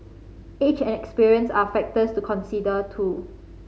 age and experience are factors to consider too